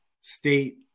state